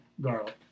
garlic